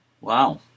wow